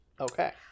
Okay